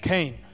Cain